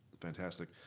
fantastic